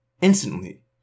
Instantly